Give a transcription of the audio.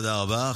תודה רבה.